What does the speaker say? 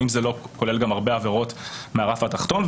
האם זה לא כולל גם הרבה עבירות מהרף התחתון.